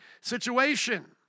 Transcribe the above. situation